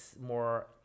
more